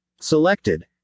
Selected